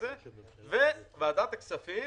וועדת הכספים,